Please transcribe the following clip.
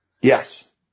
Yes